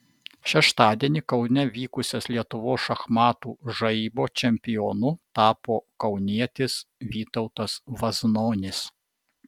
šeštadienį kaune vykusias lietuvos šachmatų žaibo čempionu tapo kaunietis vytautas vaznonis